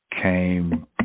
came